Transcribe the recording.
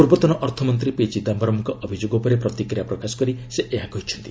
ପୂର୍ବତନ ଅର୍ଥମନ୍ତ୍ରୀ ପି ଚିଦାୟରମ୍ଙ୍କ ଅଭିଯୋଗ ଉପରେ ପ୍ରତିକ୍ରିୟା ପ୍ରକାଶ କରି ସେ ଏହା କହିଛନ୍ତି